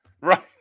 right